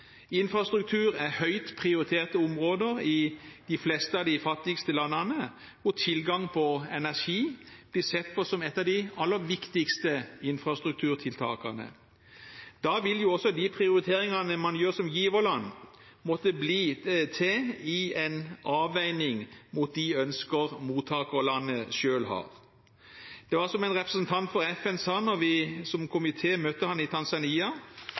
Infrastruktur er et høyt prioritert område i de fleste av de fattigste landene, og tilgang på energi blir sett på som et av de aller viktigste infrastrukturtiltakene. Da vil jo også de prioriteringene man gjør som giverland, måtte bli til i en avveining mot de ønsker mottakerlandene selv har. Det er som en representant for FN sa da vi som komité møtte ham i